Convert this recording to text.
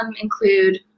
include